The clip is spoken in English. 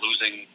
losing